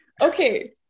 Okay